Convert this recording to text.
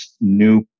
new